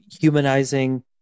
humanizing